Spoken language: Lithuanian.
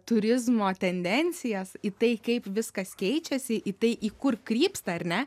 turizmo tendencijas į tai kaip viskas keičiasi į tai į kur krypsta ar ne